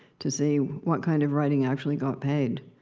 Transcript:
to see what kind of writing actually got paid.